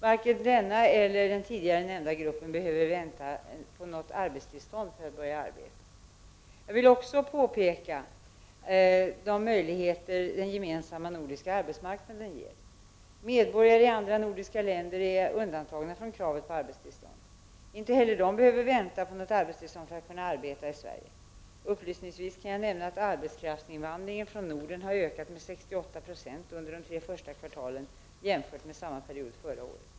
Varken denna eller den tidigare nämnda gruppen behöver vänta på något arbetstillstånd för att börja arbeta. Jag vill också peka på de möjligheter den gemensamma nordiska arbets = Prot. 1989/90:25 marknaden ger. Medborgare i andra nordiska länder är undantagna från kra — 14 november 1989 vet på arbetstillstånd. Inte heller de behöver vänta på något arbetstillstånd ZZ-AS för att kunna arbeta i Sverige. Upplysningsvis kan jag nämna att arbetskraftsinvandringen från Norden har ökat med 68 96 under de tre första kvartalen jämfört med samma period förra året.